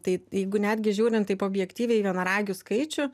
tai jeigu netgi žiūrint taip objektyviai į vienaragių skaičių